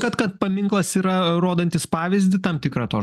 kad kad paminklas yra rodantis pavyzdį tam tikrą to